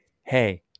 Hey